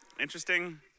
Interesting